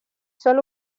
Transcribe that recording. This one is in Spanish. solo